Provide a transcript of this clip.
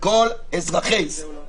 לכל אזרחי ישראל.